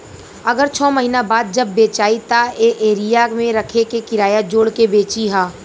अगर छौ महीना बाद जब बेचायी त ए एरिया मे रखे के किराया जोड़ के बेची ह